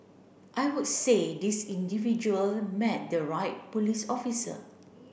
I would say this individual met the right police officer